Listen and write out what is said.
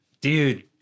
Dude